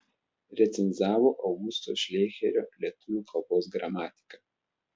recenzavo augusto šleicherio lietuvių kalbos gramatiką